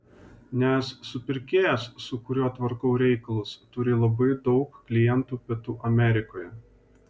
nes supirkėjas su kuriuo tvarkau reikalus turi labai daug klientų pietų amerikoje